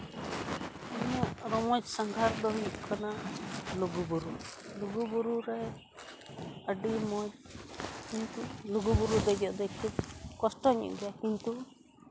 ᱤᱧᱟᱹᱜ ᱨᱚᱢᱚᱡᱽ ᱥᱟᱸᱜᱷᱟᱨ ᱫᱚ ᱦᱩᱭᱩᱜ ᱠᱟᱱᱟ ᱞᱩᱜᱩᱵᱩᱨᱩ ᱞᱩᱜᱩᱵᱩᱨᱩ ᱨᱮ ᱟᱹᱰᱤ ᱢᱚᱡᱽ ᱠᱤᱱᱛᱩ ᱞᱩᱜᱩᱵᱩᱨᱩ ᱫᱮᱡᱚᱜ ᱫᱚ ᱠᱤᱱᱛᱩ ᱠᱚᱥᱴᱚ ᱧᱚᱜ ᱜᱮᱭᱟ ᱠᱤᱱᱛᱩ